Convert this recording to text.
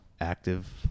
active